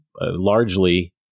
largely